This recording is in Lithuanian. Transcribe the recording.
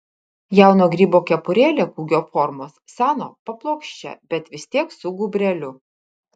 jauno grybo kepurėlė kūgio formos seno paplokščia bet vis tiek su gūbreliu